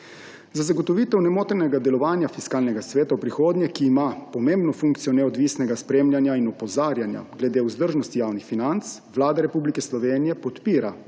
Za zagotovitev nemotenega delovanja Fiskalnega sveta v prihodnje, ki ima pomembno funkcijo neodvisnega spremljanja in opozarjanja glede vzdržnosti javnih financ, Vlada Republike Slovenije podpira